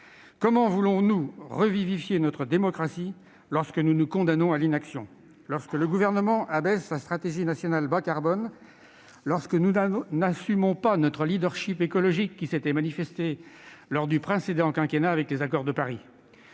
Comment voulons-nous revivifier notre démocratie si nous nous condamnons à l'inaction ? Lorsque le Gouvernement abaisse la stratégie nationale bas-carbone (SNBC), nous n'assumons pas notre leadership écologique, apparu au précédent quinquennat avec l'accord de Paris.